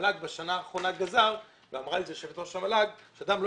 המל"ג בשנה האחרונה גזר ואמרה את זה יושבת ראש המל"ג שאדם לא